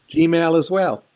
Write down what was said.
gmail as well,